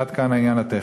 עד כאן העניין הטכני.